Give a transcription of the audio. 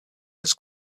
his